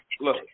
look